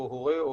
או הורה,